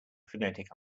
phonetic